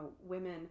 women